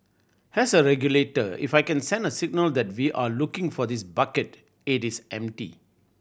as a regulator if I can send a signal that we are looking for this bucket it is empty